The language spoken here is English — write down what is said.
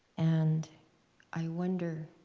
and i wonder.